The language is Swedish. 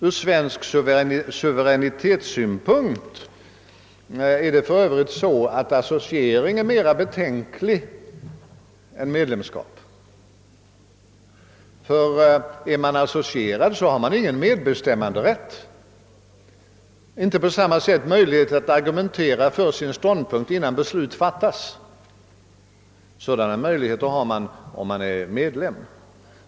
Ur svensk suveränitetssynpunkt är för Övrigt en associering mera betänklig än ett medlemskap. Är man associerad har man ingen medbestämmanderätt och man har inte på samma sätt möjligheter att argumentera för sin ståndpunkt innan beslut fattas. Sådana möjligheter har man dock om man är medlem.